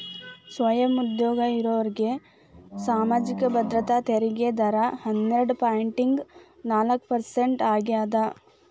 ಸ್ವಯಂ ಉದ್ಯೋಗ ಇರೋರ್ಗಿ ಸಾಮಾಜಿಕ ಭದ್ರತೆ ತೆರಿಗೆ ದರ ಹನ್ನೆರಡ್ ಪಾಯಿಂಟ್ ನಾಲ್ಕ್ ಪರ್ಸೆಂಟ್ ಆಗ್ಯಾದ